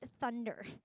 thunder